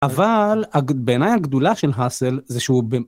אבל בעיניי הגדולה של האסל זה שהוא.